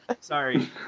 Sorry